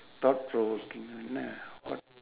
thought provoking one ah what